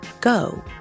Go